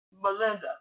Melinda